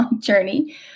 journey